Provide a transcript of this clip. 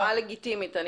מחאה לגיטימית.